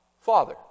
Father